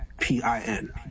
P-I-N